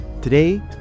Today